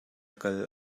kal